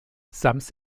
sams